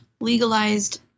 legalized